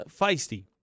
feisty